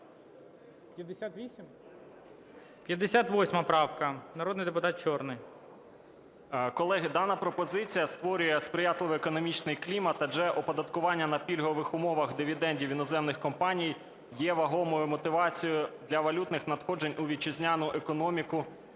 58 правка, народний депутат Чорний. 13:15:34 ЧОРНИЙ Д.С. Колеги, дана пропозиція створює сприятливий економічний клімат, адже оподаткування на пільгових умовах дивідендів іноземних компаній є вагомою мотивацією для валютних надходжень у вітчизняну економіку,